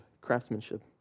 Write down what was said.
craftsmanship